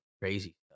crazy